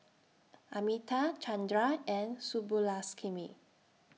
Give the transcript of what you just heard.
Amitabh Chandra and